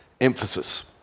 emphasis